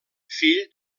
fill